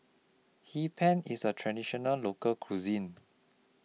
Hee Pan IS A Traditional Local Cuisine